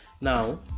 now